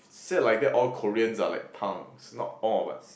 say like that all Koreans are like punks not all but